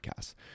podcasts